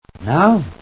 Now